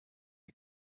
you